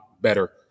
better